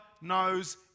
knows